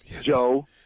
Joe